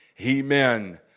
Amen